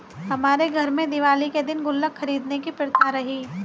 हमारे घर में दिवाली के दिन गुल्लक खरीदने की प्रथा रही है